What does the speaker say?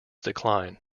decline